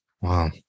Wow